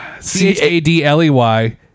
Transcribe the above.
c-a-d-l-e-y